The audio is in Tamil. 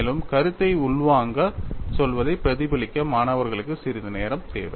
மேலும் கருத்தை உள்வாங்க சொல்வதைப் பிரதிபலிக்க மாணவர்களுக்கு சிறிது நேரம் தேவை